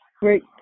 Great